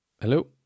Hello